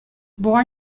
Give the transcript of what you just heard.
born